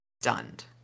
stunned